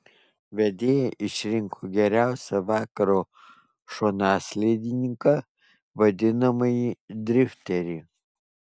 vedėjai išrinko geriausią vakaro šonaslydininką vadinamąjį drifterį